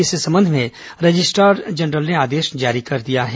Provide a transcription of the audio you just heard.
इस संबंध में रजिस्ट्रार जनरल ने आदेश जारी कर दिया है